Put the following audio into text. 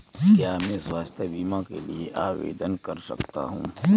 क्या मैं स्वास्थ्य बीमा के लिए आवेदन कर सकता हूँ?